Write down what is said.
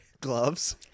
gloves